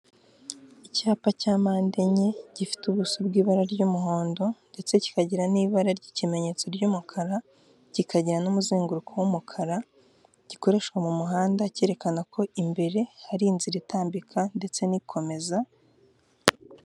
Icyapa cya mpande enye gifite ubuso bw'ibara ry'umuhondo ndetse kikagira n'ibara ry'ikimenyetso ry'umukara, kikagira n'umuzenguruko w'umukara, gikoreshwa mu muhanda cyerekana ko imbere hari inzira itambika ndetse n'ikomeza.